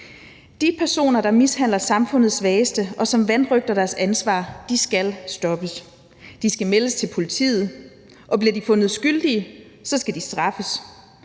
De personer, der mishandler samfundets svageste, og som vanrøgter deres ansvar, skal stoppes, de skal meldes til politiet, og bliver de fundet skyldige, skal de straffes,